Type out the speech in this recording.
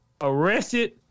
arrested